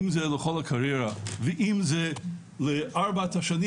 אם זה לכל הקריירה ואם זה לארבעת השנים